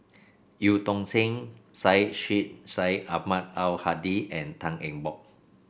Eu Tong Sen Syed Sheikh Syed Ahmad Al Hadi and Tan Eng Bock